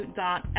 dot